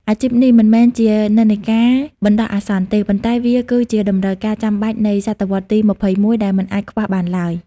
អាជីពនេះមិនមែនជានិន្នាការបណ្ដោះអាសន្នទេ ប៉ុន្តែវាគឺជាតម្រូវការចាំបាច់នៃសតវត្សរ៍ទី ២១ ដែលមិនអាចខ្វះបានឡើយ។